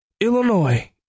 Illinois